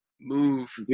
move